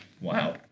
wow